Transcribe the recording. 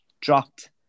dropped